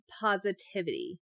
positivity